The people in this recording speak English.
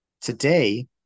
Today